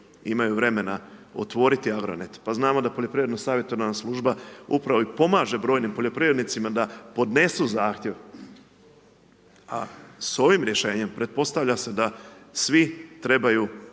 imaju vremena otvoriti Agronet. Pa znamo da poljoprivredno savjetodavna služba upravo i pomaže brojnim poljoprivrednicima da podnesu zahtjev. A s ovim rješenjem pretpostavlja se da svi trebaju